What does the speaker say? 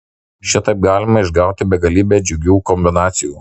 šitaip galima išgauti begalybę džiugių kombinacijų